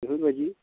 बेफोरबायदि